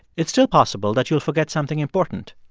it's still possible that you'll forget something important,